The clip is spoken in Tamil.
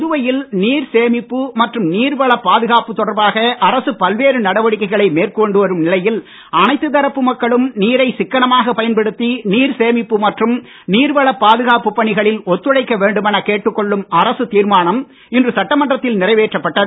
புதுவையில் நீர் சேமிப்பு மற்றும் நீர்வளப் பாதுகாப்பு தொடர்பாக அரசு பல்வேறு நடவடிக்கைகளை மேற்கொண்டு வரும் நிலையில் அனைத்துத் தரப்பு மக்களும் நீரை சிக்கனமாகப் பயன்படுத்தி நீர் சேமிப்பு மற்றும் நீர்வளப் பாதுகாப்புப் பணிகளில் ஒத்துழைக்க வேண்டுமெனக் கேட்டுக்கொள்ளும் அரசாத் தீர்மானம் இன்று சட்டமன்றத்தில் நிறைவேற்றப் பட்டது